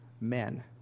men